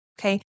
okay